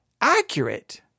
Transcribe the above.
accurate